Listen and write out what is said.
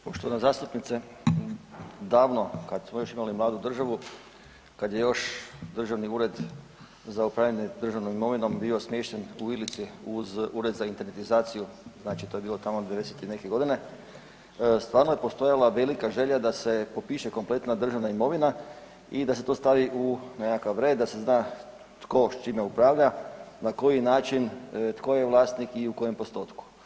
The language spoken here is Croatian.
Poštovana zastupnice, davno, kad smo još imali mladu državu, kad je još Državni ured za upravljanje državnom imovinom bio smješten u Ilici uz Ured za internetizaciju, znači to je bilo tamo '90. i neke godine, stvarno je postojala velika želja da se popiše kompletna državna imovina i da se to stavi u nekakav red, da se zna tko s čime upravlja, na koji način, tko je vlasnik i u kojem postotku.